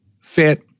fit